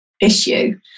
issue